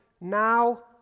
Now